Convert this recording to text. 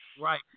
Right